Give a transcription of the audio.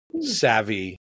savvy